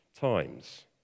times